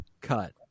cut